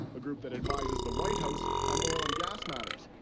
a group that advises the white house on oil and gas matters.